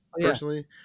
personally